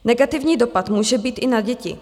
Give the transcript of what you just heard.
Negativní dopad může být i na děti.